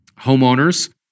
homeowners